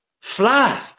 fly